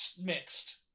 mixed